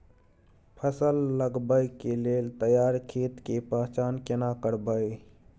फसल लगबै के लेल तैयार खेत के पहचान केना करबै?